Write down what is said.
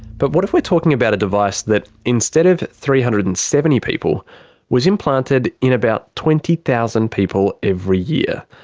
but what if we were talking about a device that instead of three hundred and seventy people was implanted in about twenty thousand people every year?